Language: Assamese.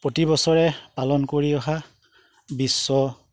প্ৰতি বছৰে পালন কৰি অহা বিশ্ব